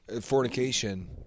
Fornication